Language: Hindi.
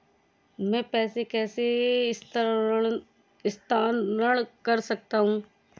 मैं पैसे कैसे स्थानांतरण कर सकता हूँ?